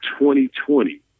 2020